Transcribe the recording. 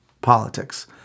politics